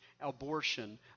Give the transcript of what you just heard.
abortion